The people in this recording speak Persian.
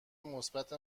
مثبت